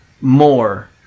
more